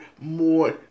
more